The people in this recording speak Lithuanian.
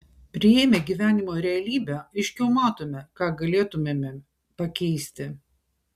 priėmę gyvenimo realybę aiškiau matome ką galėtumėme pakeisti